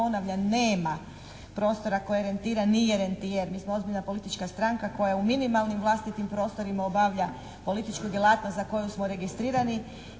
nema prostora koje rentira, nije rentijer, mi smo ozbiljna politička stranka koja u minimalnim vlastitim prostorima obavlja političku djelatnost za koju smo registrirani.